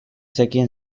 zekien